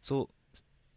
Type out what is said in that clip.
so